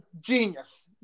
Genius